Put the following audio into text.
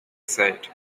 said